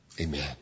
Amen